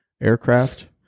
aircraft